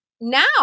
now